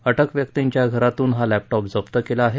अटक व्यक्तींच्या घरातून हा लॅपटॉप जप्त करण्यात आला आहे